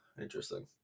Interesting